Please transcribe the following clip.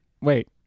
Wait